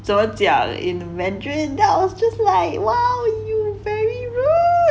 怎么讲 in mandarin then I was just like !wow! you very rude